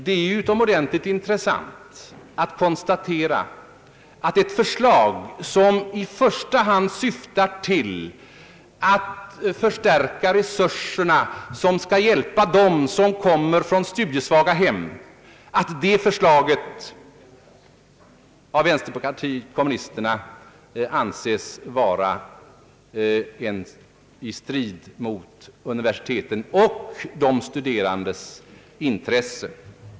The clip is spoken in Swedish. Det är utomordentligt intressant att konstatera att ett förslag som i första hand syftar till att förstärka resurserna, till hjälp för dem som kommer från studiesvaga hem, av vänsterpartiet kommunisterna anses stå i strid mot universitetens och de studerandes intressen.